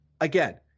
again